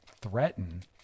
threaten